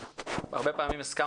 למרות שזה יפתיע חלק מחברינו.